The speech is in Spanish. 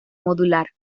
modular